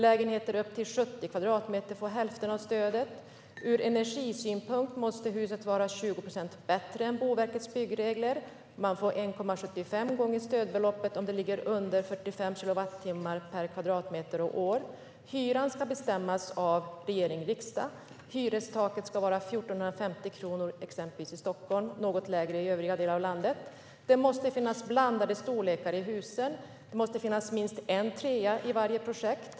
Lägenheter upp till 70 kvadratmeter får hälften av stödet. Ur energisynpunkt måste huset vara 20 procent bättre än vad som gäller enligt Boverkets byggregler. Man får 1,75 gånger stödbeloppet om huset förbrukar mindre än 45 kilowattimmar per kvadratmeter och år. Hyran ska bestämmas av regering och riksdag. Hyrestaket ska vara 1 450 kronor per kvadratmeter exempelvis i Stockholm och något lägre i övriga delar av landet. Det måste finnas blandade storlekar på lägenheterna i husen. Det måste finnas minst en trea i varje projekt.